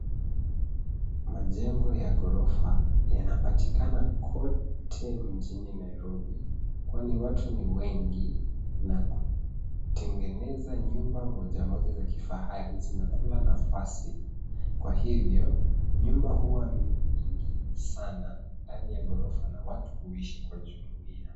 Majengo ya ghorofa inapatikana kote mjini Nairobi kwani watu ni wengi na kutengeneza nyumba moja moja za kifahari zinakula nafasi. Kwa hivyo nyumba hua mingi sana ndani ya ghorofa na watu huishi kwa jumuia.